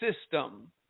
system